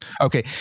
Okay